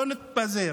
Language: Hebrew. לא נתפזר,